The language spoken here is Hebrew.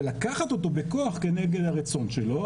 ולקחת אותו בכוח כנגד הרצון שלו.